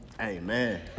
Amen